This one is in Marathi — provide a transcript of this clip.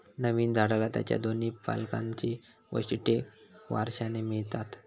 नवीन झाडाला त्याच्या दोन्ही पालकांची वैशिष्ट्ये वारशाने मिळतात